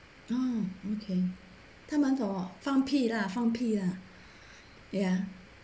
oh okay 放屁 lah 放屁 ya